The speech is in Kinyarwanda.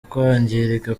kwangirika